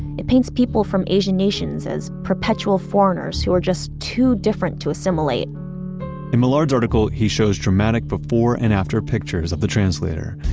it paints people from asian nations as perpetual foreigners who are just too different to assimilate in millard's article, he shows dramatic before and after pictures of the translator,